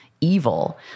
evil